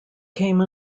came